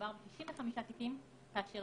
מדובר ב-65 תיקים כאשר